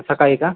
सकाळी का